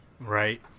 Right